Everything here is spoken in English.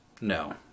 No